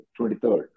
23rd